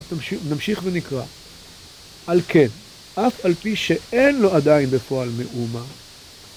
נמשיך ונקרא. על כן, אף על פי שאין לו עדיין בפועל מאומה, ...